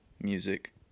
music